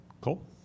Cool